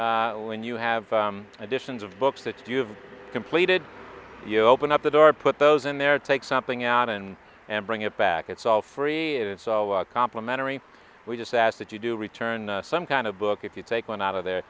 and when you have additions of books that you have completed you open up the door put those in there take something out and and bring it back it's all free it is so complimentary we just ask that you do return some kind of book if you take one out of the